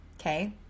Okay